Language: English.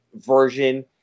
version